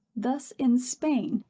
thus in spain,